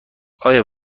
آیا